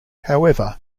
however